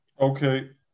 Okay